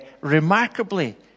remarkably